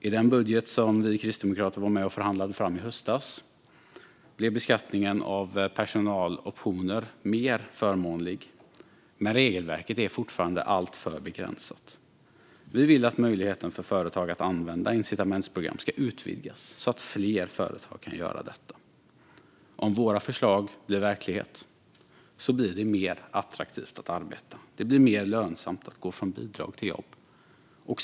I den budget som vi kristdemokrater var med och förhandlade fram i höstas blev beskattningen av personaloptioner mer förmånlig, men regelverket är fortfarande alltför begränsat. Vi vill att möjligheten för företag att använda incitamentsprogram ska utvidgas så att fler företag kan göra detta. Om våra förslag blir verklighet blir det mer attraktivt att arbeta och mer lönsamt att gå från bidrag till jobb.